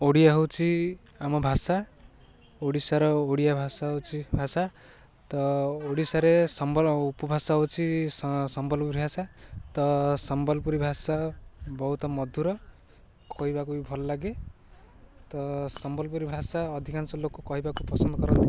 ଓଡ଼ିଆ ହେଉଛି ଆମ ଭାଷା ଓଡ଼ିଶାର ଓଡ଼ିଆ ଭାଷା ହେଉଛି ଭାଷା ତ ଓଡ଼ିଶାରେ ଉପଭାଷା ହେଉଛି ସମ୍ବଲପୁରୀ ଭାଷା ତ ସମ୍ବଲପୁରୀ ଭାଷା ବହୁତ ମଧୁର କହିବାକୁ ବି ଭଲ ଲାଗେ ତ ସମ୍ବଲପୁରୀ ଭାଷା ଅଧିକାଂଶ ଲୋକ କହିବାକୁ ପସନ୍ଦ କରନ୍ତି